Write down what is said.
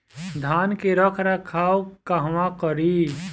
धान के रख रखाव कहवा करी?